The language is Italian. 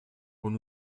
con